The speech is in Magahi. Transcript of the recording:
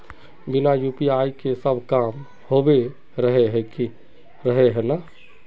बिना यु.पी.आई के सब काम होबे रहे है ना?